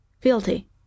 fealty